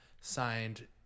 signed